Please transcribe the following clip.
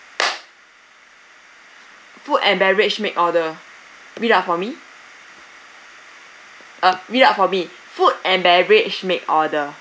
food and beverage make order read out for me uh read out for me food and beverage make order